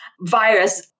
virus